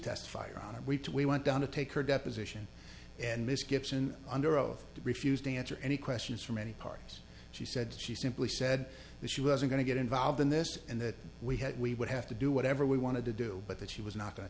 testify around we too we went down to take her deposition and miss gibson under oath refused to answer any questions from any parties she said she simply said that she wasn't going to get involved in this and that we had we would have to do whatever we wanted to do but that she was not going to